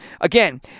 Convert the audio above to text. again